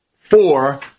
four